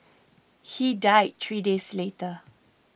he died three days later